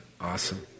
awesome